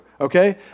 okay